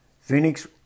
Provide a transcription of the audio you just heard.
Phoenix